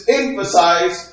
emphasize